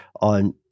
on